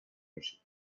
میشید